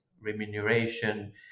remuneration